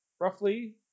roughly